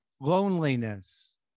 loneliness